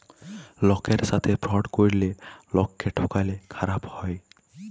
লকের সাথে ফ্রড ক্যরলে লকক্যে ঠকালে খারাপ হ্যায়